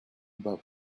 about